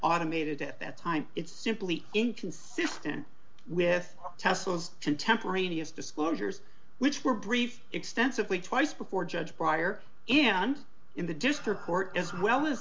automated at that time it's simply inconsistent with tesla's contemporaneous disclosures which were briefed extensively twice before judge prior and in the district court as well as